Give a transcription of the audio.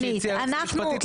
מה שהציעה היועצת המשפטית,